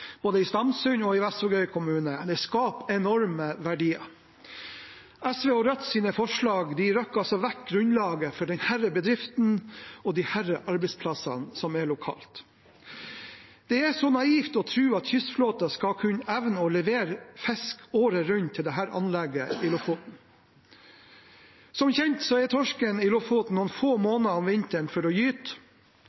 både i Stamsund og i hele Vestvågøy kommune. Det skaper enorme verdier. SVs og Rødts forslag rykker altså vekk grunnlaget for denne bedriften og disse arbeidsplassene som er lokalt. Det er naivt å tro at kystflåten skal kunne evne å levere fisk året rundt til dette anlegget i Lofoten. Som kjent er torsken i Lofoten noen få